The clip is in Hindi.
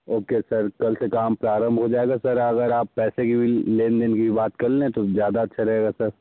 ओके सर कल से काम प्रारंभ हो जायेगा सर अगर आप पैसे की लेन लेन देन की बात कर लें तो ज़्यादा अच्छा रहेगा सर